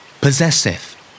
Possessive